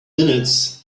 minutes